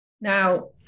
Now